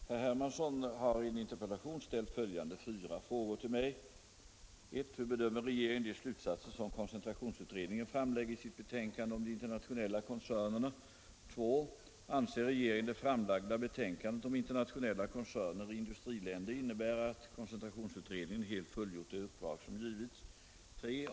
Herr talman! Herr Hermansson har i en interpellation ställt följande fyra frågor till mig: 1. Hur bedömer regeringen de slutsatser som koncentrationsutredningen framlägger i sitt betänkande om de internationella koncernerna? 2. Anser regeringen det framlagda betänkandet om internationella koncerner i industriländer innebära att koncentrationsutredningen helt fullgjort det uppdrag som givits? 3.